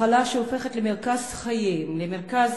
מחלה אשר הופכת למרכז חייהם, למרכז